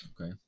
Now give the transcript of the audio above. Okay